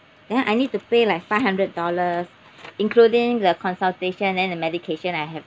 then I need to pay like five hundred dollars including the consultation then the medication I have